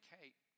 Kate